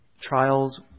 Trials